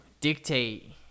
dictate